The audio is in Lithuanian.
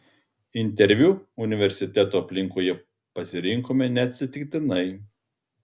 interviu universiteto aplinkoje pasirinkome neatsitiktinai